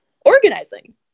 Organizing